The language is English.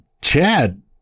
Chad